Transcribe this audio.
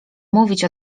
mówić